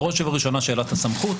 בראש ובראשונה שאלת הסמכות,